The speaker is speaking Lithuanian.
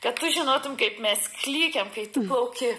kad tu žinotum kaip mes klykiam kai tu plauki